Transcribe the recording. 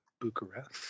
Bucharest